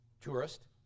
tourist